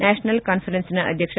national ಕಾನ್ವರೆನ್ಸ್ನ ಅಧ್ಯಕ್ಷ